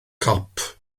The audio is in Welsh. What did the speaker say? cop